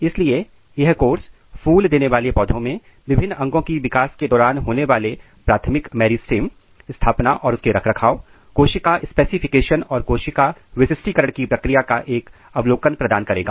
इसलिए यह कोर्स फूल देने वाले पौधों में विभिन्न अंगों की विकास के दौरान होने वाले प्राथमिक मेरीस्टेम स्थापना और रखरखाव कोशिका स्पेसिफिकेशन और कोशिका विशिष्टईकरण की प्रक्रिया का एक अवलोकन प्रदान करेगा